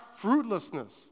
fruitlessness